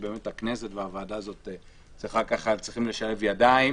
הכנסת והוועדה הזאת צריכות לשלב ידיים